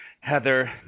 Heather